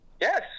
yes